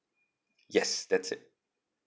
yes that's it